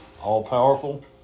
all-powerful